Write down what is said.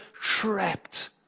trapped